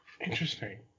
Interesting